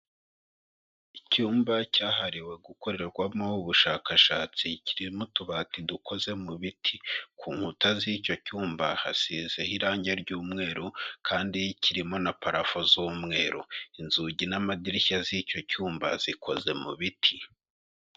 Icyumba cyahariwe gukorerwamo ubushakashatsi, kirimo utubati dukoze mu biti, ku nkuta z'icyo cyumba hasizeho irangi ry'umweru, kandi kirimo na parafu z'umweru, inzugi n'amadirishya z'icyo cyumba zikoze mu biti.